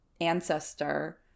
ancestor